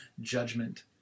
judgment